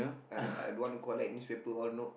uh I I don't want to collect newspaper all no